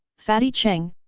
fatty cheng,